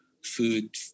food